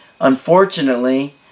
unfortunately